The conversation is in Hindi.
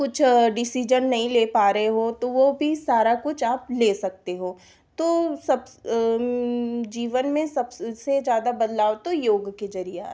कुछ डिसीजन नहीं ले पा रहे हो तो वह भी सारा कुछ आप ले सकते हो तो सब जीवन में सबसे ज़्यादा बदलाव तो योग के जरिए आता है